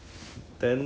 okay okay